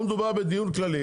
פה מדובר בדיון כללי.